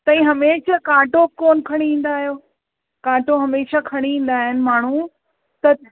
तव्हीं हमेशा कांटो कोन खणी ईंदा आहियो कांटो हमेशा खणी ईंदा आहिनि माण्हू त